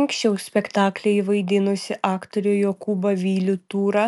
anksčiau spektaklyje vaidinusį aktorių jokūbą vilių tūrą